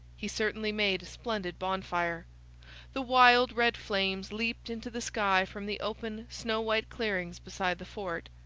he certainly made a splendid bonfire the wild, red flames leaped into the sky from the open, snow-white clearings beside the fort,